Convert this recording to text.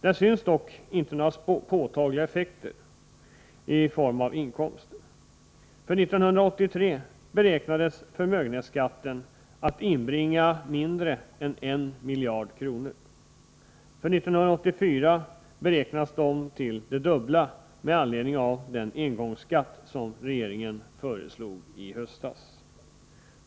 Där syns dock inte några påtagliga effekter i form av inkomster. För 1983 beräknades förmögenhetsskatten inbringa mindre än 1 miljard kronor. För 1984 beräknas den till det dubbla med anledning av den engångsskatt som regeringen föreslog i höstas.